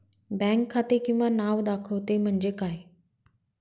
Bank खाते किंवा नाव दाखवते म्हणजे काय?